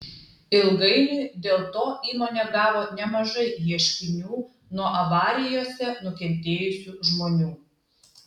ilgainiui dėl to įmonė gavo nemažai ieškinių nuo avarijose nukentėjusių žmonių